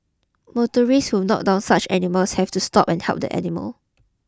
motorists who knocked down such animals have to stop and help the animal